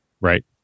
Right